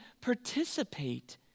participate